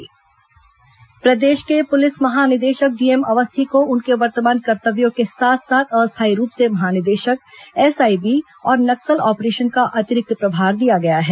अवस्थी अतिरिक्त प्रभार प्रदेश के पुलिस महानिदेशक डीएम अवस्थी को उनके वर्तमान कर्तव्यों के साथ साथ अस्थायी रूप से महानिदेशक एसआईबी और नक्सल ऑपरेशन का अतिरिक्त प्रभार दिया गया है